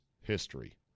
history